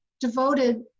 devoted